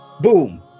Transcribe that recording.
Boom